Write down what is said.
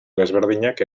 desberdinak